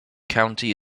county